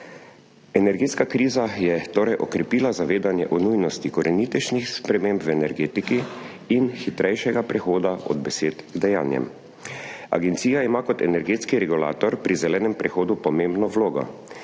Energetska kriza je torej okrepila zavedanje o nujnosti korenitejših sprememb v energetiki in hitrejšega prehoda od besed k dejanjem. Agencija ima kot energetski regulator pri zelenem prehodu pomembno vlogo,